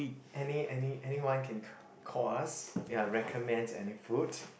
any any anyone can call us ya recommend any food